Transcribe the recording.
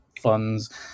funds